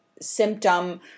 symptom